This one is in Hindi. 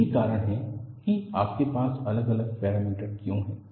यही कारण है कि आपके पास अलग अलग पैरामीटर क्यू हैं